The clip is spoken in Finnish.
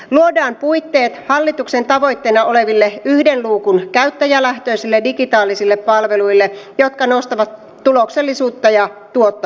luodaan puitteet hallituksen tavoitteena oleville yhden luukun käyttäjälähtöisille digitaalisille palveluille jotka nostavat tuloksellisuutta ja tuottavuutta